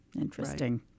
Interesting